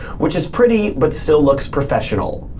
which is pretty, but still looks professional.